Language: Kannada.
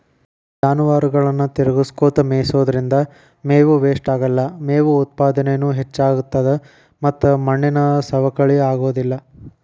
ಜಾನುವಾರುಗಳನ್ನ ತಿರಗಸ್ಕೊತ ಮೇಯಿಸೋದ್ರಿಂದ ಮೇವು ವೇಷ್ಟಾಗಲ್ಲ, ಮೇವು ಉತ್ಪಾದನೇನು ಹೆಚ್ಚಾಗ್ತತದ ಮತ್ತ ಮಣ್ಣಿನ ಸವಕಳಿ ಆಗೋದಿಲ್ಲ